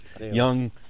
young